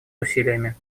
усилиями